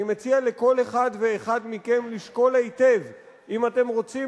אני מציע לכל אחד ואחד מכם לשקול היטב אם אתם רוצים